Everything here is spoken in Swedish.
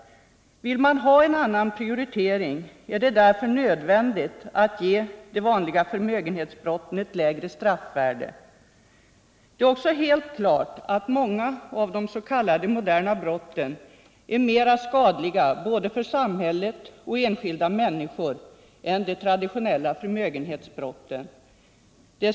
Vill man ha en annan prioritering är det därför nödvändigt att ge de vanliga förmögenhetsbrotten ett lägre straffvärde. Det är också helt klart att många av de s.k. moderna brotten är mera skadliga både för samhället och för enskilda människor än de traditionella förmögenhetsbrotten.